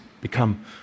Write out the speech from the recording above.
become